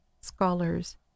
scholars